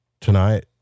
tonight